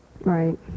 right